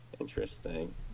Interesting